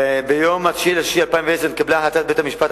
ביום 9 ביוני 2010 נתקבלה החלטת בית-המשפט